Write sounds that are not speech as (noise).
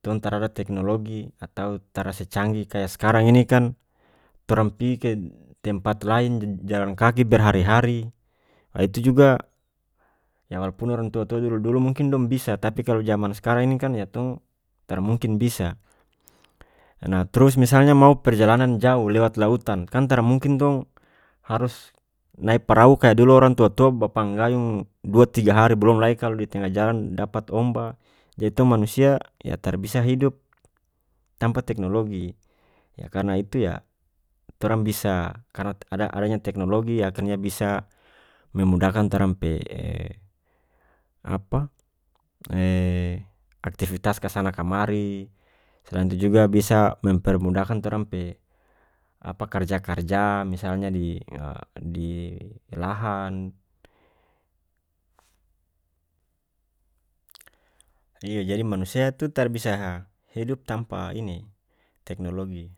tong tarada teknologi atau tara secanggih kaya skarang ini kan torang pi ked tempat lain d jalan kaki berhari-hari ah itu juga yang walaupun orang tua-tua dulu-dulu mungkin dong bisa tapi kalu jaman skarang ini kan yah tong tara mungkin bisa nah trus misalnya mau perjalanan jau lewat lautan kan tara mungkin tong harus nae parahu kaya dulu orang tua-tua ba panggayung dua tiga hari bolom lagi kalu di tenga jalan dapat omba jadi tong manusia yah tara bisa hidup tampa teknologi yah karena itu yah torang bisa karena t ada- adanya teknologi yah kan bisa memudahkan torang pe (hesitation) apa (hesitation) aktifitas kasana kamari selain itu juga bisa mempermudahkan torang pe apa karja-karja misalnya di (hesitation) di (hesitation) lahan iyo jadi manusia tu tara bisa hidup tampa teknologi.